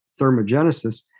thermogenesis